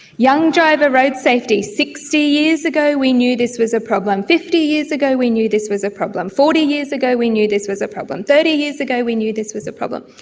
young driver road safety, sixty years ago we knew this was a problem, fifty years ago we knew this was a problem, forty years ago we knew this was a problem, thirty years ago we knew this was a problem.